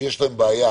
שיש להן בעיה